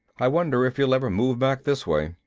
i wonder if he'll ever move back this way.